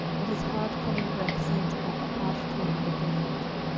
and his hard-coming breath seemed to have the harsh tone of a death rattle.